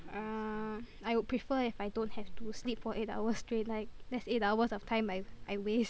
uh I would prefer if I don't have to sleep for eight hours straight like that's eight hours of time I've I waste